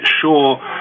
sure